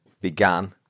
began